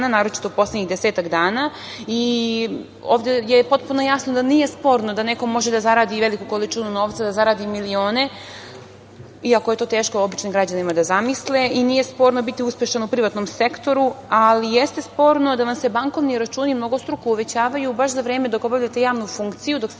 naročito poslednjih desetak dana. Ovde je potpuno jasno da nije sporno da neko može da zaradi i veliku količinu novca, da zaradi milione, iako je to teško običnim građanima da zamisle i nije sporno biti uspešan u privatnom sektoru, ali jeste sporno da vam se bankovni računi mnogostruko uvećavaju baš za vreme dok obavljate javnu funkciju, dok ste